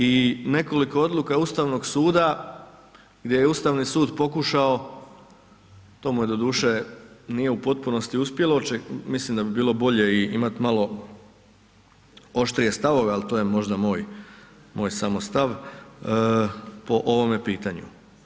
I nekoliko odluka Ustavnog suda, gdje je Ustavni sud pokušao, to mu je doduše, nije u potpunosti uspjelo, mislim da bi bilo bolje i imat malo oštrije stavove, ali to je možda moj, moj samo stav po ovome pitanju.